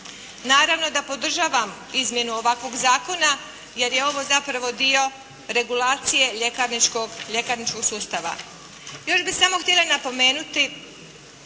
Naravno da podržavam izmjenu ovakvog zakona jer je ovo zapravo dio regulacije ljekarničkog sustava. Još bih samo htjela napomenuti